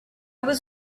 was